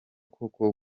koko